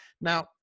Now